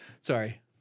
Sorry